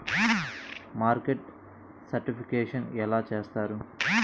Market certification ఎలా చేస్తారు?